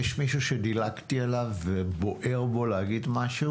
האם יש מישהו שדילגתי עליו ובוער לו להגיד משהו?